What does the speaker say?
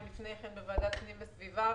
לפני כן בוועדת פנים ואיכות הסביבה,